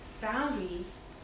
boundaries